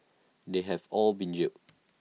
they have all been jailed